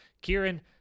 Kieran